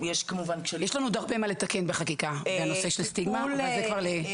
יש לנו עוד הרבה מה לתקן בחקיקה בנושא של סטיגמה אבל זה כבר לדיון אחר.